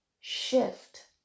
shift